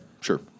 sure